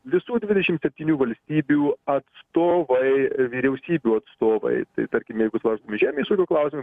visų dvidešim septynių valstybių atstovai vyriausybių atstovai tai tarkim jeigu svarstomi žemės ūkio klasimai